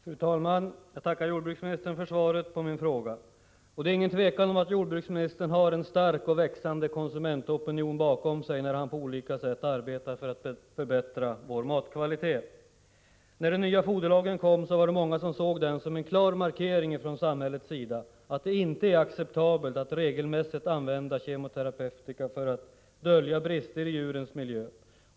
Fru talman! Jag tackar jordbruksministern för svaret på min fråga. Det är inget tvivel om att jordbruksministern har en stark och växande konsumentopinion bakom sig när han på olika sätt arbetar för att förbättra kvaliteten på vår mat. När den nya foderlagen kom var det många som såg den som en klar markering från samhällets sida att det inte är acceptabelt att regelmässigt använda kemoterapeutika för att dölja brister i djurens miljö.